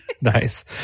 nice